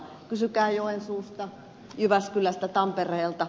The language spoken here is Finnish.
kysykää joensuusta jyväskylästä tampereelta